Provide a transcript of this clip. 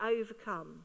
overcome